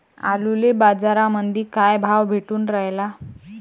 आलूले बाजारामंदी काय भाव भेटून रायला?